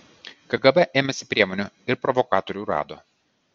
kgb ėmėsi priemonių ir provokatorių rado